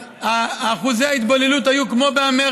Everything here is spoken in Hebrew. אז אחוזי ההתבוללות פה היו כמו באמריקה,